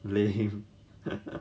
really